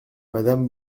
madame